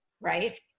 right